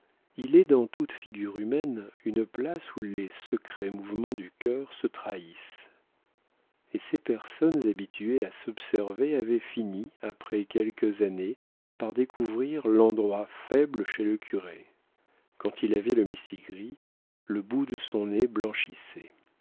il est dans toute figure humaine une place où les secrets mouvements du cœur se trahissent et ces personnes habituées à s'observer avaient fini après quelques années par découvrir l'endroit faible chez le curé quand il avait le mistigris le bout de son nez blanchissait